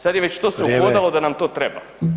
Sad je već to se uhodalo da nam to treba.